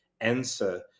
answer